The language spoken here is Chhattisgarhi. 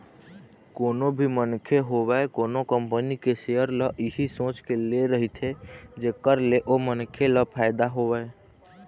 कोनो भी मनखे होवय कोनो कंपनी के सेयर ल इही सोच के ले रहिथे जेखर ले ओ मनखे ल फायदा होवय